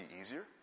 easier